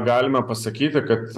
galime pasakyti kad